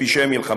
ובכל מקום בעולם.